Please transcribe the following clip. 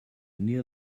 near